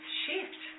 shift